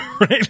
Right